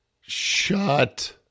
Shut